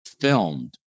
filmed